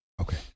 okay